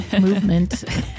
movement